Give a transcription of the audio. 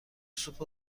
سوپ